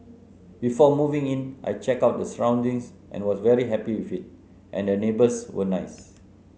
before moving in I checked out the surroundings and was very happy with it and the neighbours were nice